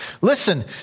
Listen